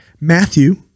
Matthew